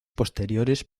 posteriores